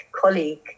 colleague